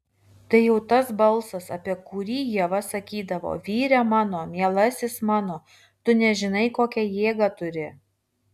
tai jau tas balsas apie kurį ieva sakydavo vyre mano mielasis mano tu nežinai kokią jėgą turi